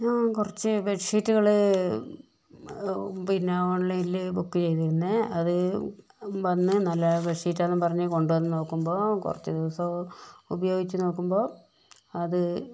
ഞാൻ കുറച്ച് ബെഡ്ഷീറ്റുകൾ പിന്നെ ഓൺലൈനിൽ ബുക്ക് ചെയ്തിരുന്നു അത് വന്ന് നല്ല ബെഡ്ഷീറ്റാന്നും പറഞ്ഞ് കൊണ്ടുവന്ന് നോക്കുമ്പോൾ കുറച്ച് ദിവസം ഉപയോഗിച്ച് നോക്കുമ്പോൾ അത്